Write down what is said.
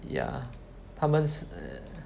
ya 它们是